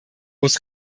muss